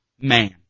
man